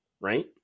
right